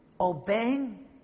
obeying